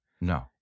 No